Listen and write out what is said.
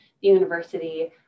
university